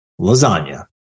lasagna